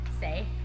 say